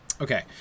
Okay